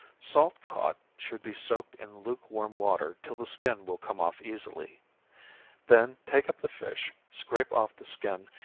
salt cod should be soaked in lukewarm water till the skin will come off easily then take up the fish, scrape off the skin,